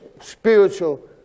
spiritual